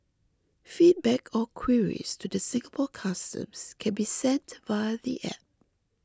feedback or queries to the Singapore Customs can be sent via the app